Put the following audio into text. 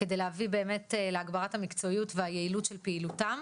כדי להביא באמת להגברת המקצועיות והיעילות של פעילותם.